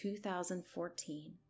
2014